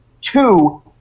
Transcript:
Two